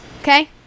Okay